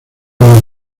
las